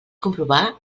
comprovar